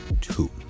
two